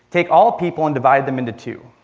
take all people and divide them into two.